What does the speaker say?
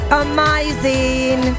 amazing